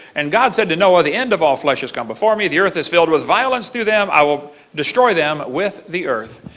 and god said to noah, the end of all flesh has come before me. the earth is filled with violence through them. i will destroy them with the earth,